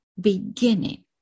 beginning